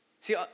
See